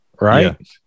right